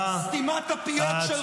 לך על סתימת הפיות שלך.